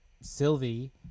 Sylvie